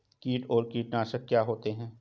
कीट और कीटनाशक क्या होते हैं?